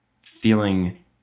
feeling